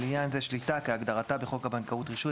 לעניין זה "שליטה" כהגדרתה בחוק הבנקאות (רישוי)